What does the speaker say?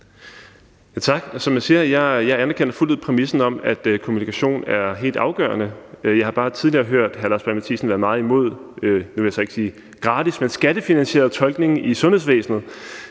anerkender jeg fuldt ud præmissen om, at kommunikation er helt afgørende. Jeg har bare tidligere hørt hr. Lars Boje Mathiesen være meget imod, ikke gratis, men skattefinansieret tolkning i sundhedsvæsenet,